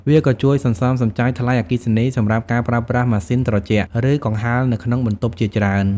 វាក៏ជួយសន្សំសំចៃថ្លៃអគ្គិសនីសម្រាប់ការប្រើប្រាស់ម៉ាស៊ីនត្រជាក់ ឬកង្ហារនៅក្នុងបន្ទប់ជាច្រើន។